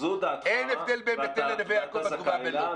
זו דעתך ואתה זכאי לה,